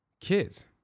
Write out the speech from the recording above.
kids